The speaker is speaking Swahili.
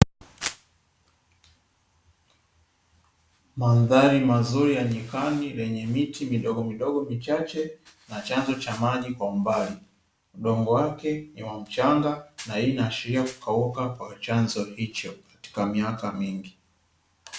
Mandhari mazuri ya nyikani lenye miti midogomidogo michache na chanzo cha maji kwa umbali, udongo wake ni wa mchanga na hii inaashiria kukauka kwa chanzo hicho katika miaka mingi.